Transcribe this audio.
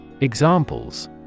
Examples